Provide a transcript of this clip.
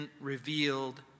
revealed